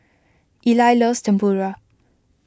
Eli loves Tempura